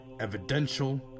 evidential